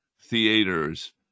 theaters